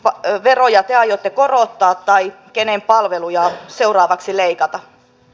kenen veroja te aiotte korottaa tai kenen palveluja seuraavaksi leikata